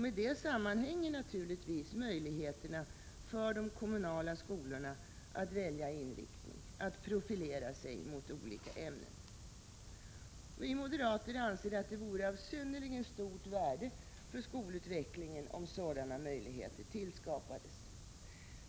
Med detta sammanhänger naturligtvis möjligheterna för de kommunala skolorna att välja inriktning, att profilera sig mot olika ämnen. Vi moderater anser att det vore av synnerligen stort värde för skolutvecklingen om sådana möjligheter tillskapades.